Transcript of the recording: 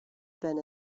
been